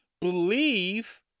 believe